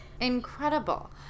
Incredible